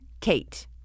KATE